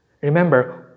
Remember